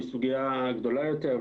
היא סוגיה גדולה יותר,